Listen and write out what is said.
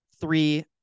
Three